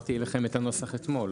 והעברתי אליכם את הנוסח אתמול.